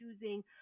choosing